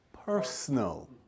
personal